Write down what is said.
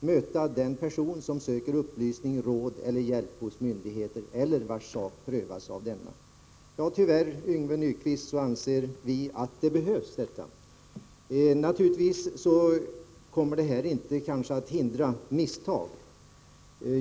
möta den person som söker upplysning, råd eller hjälp hos myndigheten eller vars sak prövas av denna. Ja, Yngve Nyquist, vi anser att det tyvärr behövs en sådan lagparagraf. Naturligtvis kommer den inte att hindra misstag.